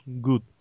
Good